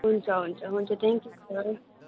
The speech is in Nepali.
हुन्छ हुन्छ हुन्छ थ्याङ्क यू सर